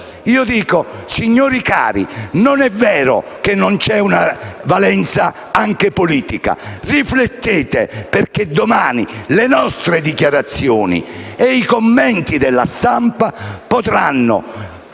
di dire, signori cari, che non è vero che non c'è una valenza anche politica. Riflettete, perché domani le nostre dichiarazioni e i commenti della stampa potranno